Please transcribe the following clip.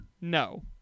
No